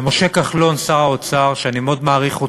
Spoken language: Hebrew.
למשה כחלון, שר האוצר, שאני מאוד מעריך,